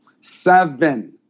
Seven